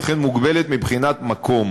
וכן מוגבלת מבחינת מקום.